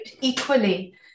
Equally